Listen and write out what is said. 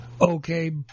okay